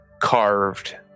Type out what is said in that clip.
carved